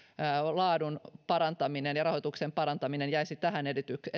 laadun parantaminen ja rahoituksen parantaminen jäisi tähän